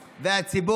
והציבור,